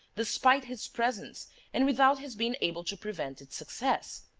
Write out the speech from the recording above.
despite his presence and without his being able to prevent its success.